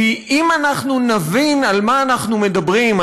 כי אם אנחנו נבין על מה אנחנו מדברים,